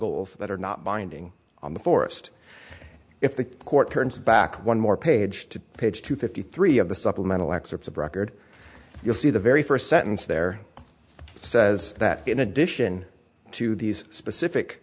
goals that are not binding on the forest if the court turns it back one more page to page two fifty three of the supplemental excerpts of record you'll see the very first sentence there says that in addition to these